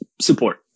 Support